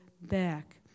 back